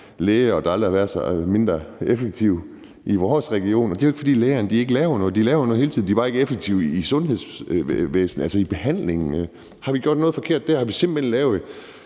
læger, og at de aldrig har været mindre effektive i vores region. Og det er jo ikke, fordi lægerne ikke laver noget. De laver noget hele tiden. De er bare ikke effektive i behandlingen. Har vi gjort noget forkert dér? Har vi simpelt hen lavet